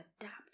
adapt